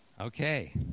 Okay